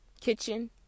kitchen